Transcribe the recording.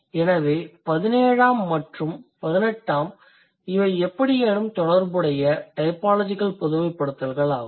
எனவே பதினேழாம் மற்றும் பதினெட்டாம் இவை எப்படியேனும் தொடர்புடைய டைபாலஜிகல் பொதுமைப்படுத்துதல்கள் ஆகும்